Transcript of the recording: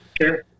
Sure